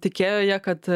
tikėjo jie kad